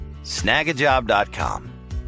Snagajob.com